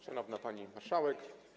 Szanowna Pani Marszałek!